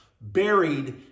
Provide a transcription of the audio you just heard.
buried